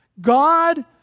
God